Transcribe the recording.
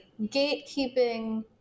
gatekeeping